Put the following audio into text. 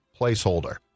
placeholder